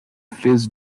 fizz